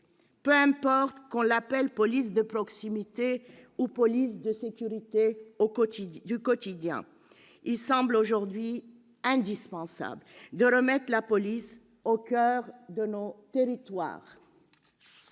Peu importe qu'on l'appelle « police de proximité » ou « police de sécurité du quotidien », il semble aujourd'hui indispensable de remettre la police au coeur de nos territoires.